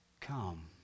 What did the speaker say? come